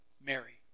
Mary